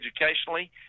educationally